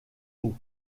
haut